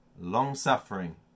long-suffering